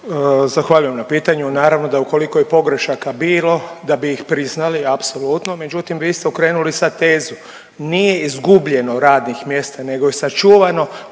Zahvaljujem na pitanju. Naravno da ukoliko je pogrešaka bilo da bi ih priznali apsolutno. Međutim, vi ste okrenuli sad tezu. Nije izgubljeno radnih mjesta nego je sačuvano